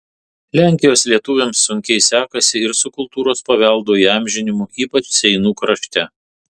lenkijos lietuviams sunkiai sekasi ir su kultūros paveldo įamžinimu ypač seinų krašte